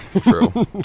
true